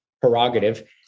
prerogative